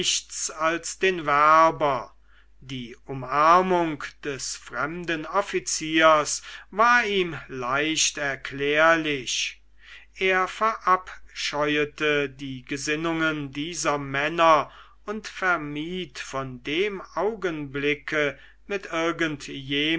als den werber die umarmung des fremden offiziers war ihm leicht erklärlich er verabscheute die gesinnungen dieser männer und vermied von dem augenblicke mit